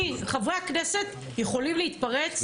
חברי הכנסת יכולים להתפרץ,